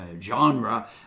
genre